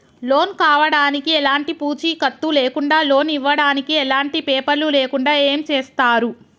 Loan కావడానికి ఎలాంటి పూచీకత్తు లేకుండా లోన్ ఇవ్వడానికి ఎలాంటి పేపర్లు లేకుండా ఏం చేస్తారు?